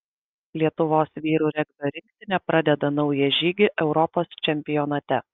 lietuvos vyrų regbio rinktinė pradeda naują žygį europos čempionate